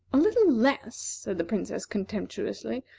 a little less, said the princess, contemptuously,